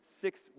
six